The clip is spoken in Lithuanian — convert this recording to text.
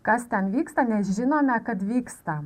kas ten vyksta nes žinome kad vyksta